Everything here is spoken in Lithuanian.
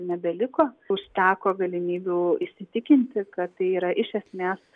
nebeliko užteko galimybių įsitikinti kad tai yra iš esmės